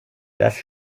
das